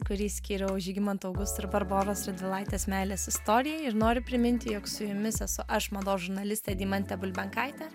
kurį skyriau žygimanto augusto ir barboros radvilaitės meilės istorijai ir noriu priminti jog su jumis esu aš mados žurnalistė deimantė bulbenkaitė